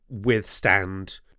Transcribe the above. withstand